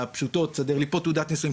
הפשוטות "תסדר לי פה תעודת נישואים",